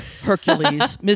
Hercules